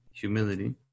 humility